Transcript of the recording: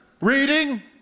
reading